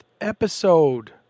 episode